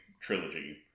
trilogy